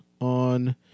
on